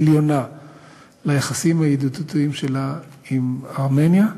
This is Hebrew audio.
עליונה ליחסים הידידותיים שלה עם ארמניה.